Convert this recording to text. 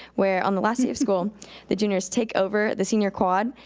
where on the last day of school the juniors take over the senior quad,